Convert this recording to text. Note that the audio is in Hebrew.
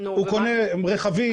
הוא קונה רכבים.